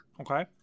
Okay